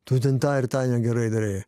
tu ten tą ir tą negerai darei